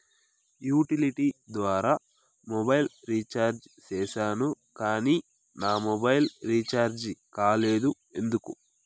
Utility ద్వారా mobile recharge సేసాను కానీ నా మొబైల్ రీచార్జి కాలేదు ఎందుకు?